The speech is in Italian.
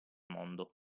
mondo